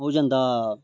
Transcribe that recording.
ओह् जंदा